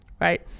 right